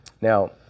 Now